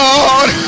Lord